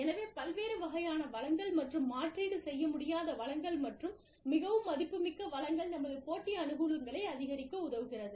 எனவே பல்வேறு வகையான வளங்கள் மற்றும் மாற்றீடு செய்ய முடியாத வளங்கள் மற்றும் மிகவும் மதிப்புமிக்க வளங்கள் நமது போட்டி அனுகூலங்களை அதிகரிக்க உதவுகிறது